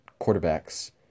quarterbacks